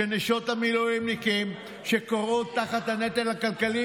של נשות המילואימניקים שכורעות תחת הנטל הכלכלי,